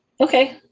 okay